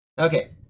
Okay